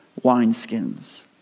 wineskins